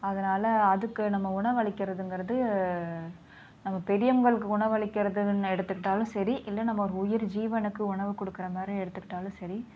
அதனால் அதுக்கு நம்ம உணவளிக்கிறங்கிறது நம்ம பெரியவர்களுக்கு உணவளிக்கிறதுனு எடுத்துக்கிட்டாலும் சரி இல்லை நம்ம உயிர் ஜீவனுக்கு உணவு கொடுக்குற மாதிரி எடுத்துக்கிட்டாலும் சரி